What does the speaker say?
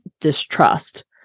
distrust